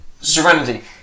Serenity